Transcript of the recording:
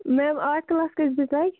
میم art class کٔژِ بَجہِ لَگہِ